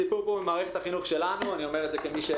הסיפור פה במערכת החינוך שלנו אני אומר את זה כמי שהוא